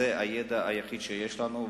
זה הידע היחיד שיש לנו,